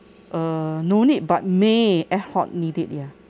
err no need but may ad hoc need it ya